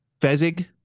Fezig